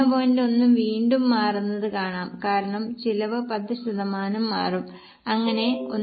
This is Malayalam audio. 1 വീണ്ടും മാറുന്നത് കാണാം കാരണം ചിലവ് 10 ശതമാനം മാറും അങ്ങനെ 1